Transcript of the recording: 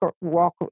walk